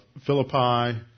Philippi